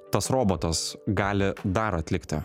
tas robotas gali dar atlikti